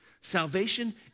Salvation